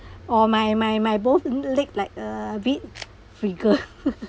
oh my my my both l~ leg like uh a bit shiver